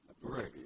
right